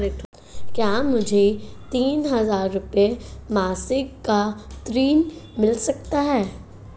क्या मुझे तीन हज़ार रूपये मासिक का ऋण मिल सकता है?